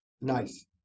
Nice